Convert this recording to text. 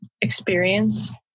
experience